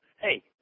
Hey